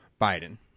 Biden